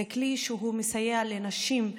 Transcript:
זה כלי שמסייע לנשים,